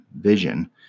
vision